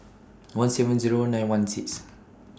one seven Zero nine one six